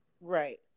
Right